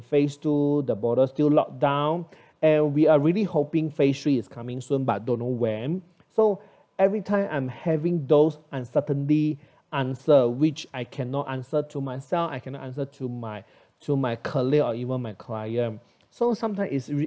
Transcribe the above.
phase two the border still locked down and we are really hoping phase three is coming soon but don't know when so every time I'm having those uncertainty answer which I cannot answer to myself I cannot answer to my to my colleague or even my client so sometime is